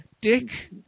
dick